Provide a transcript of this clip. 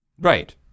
Right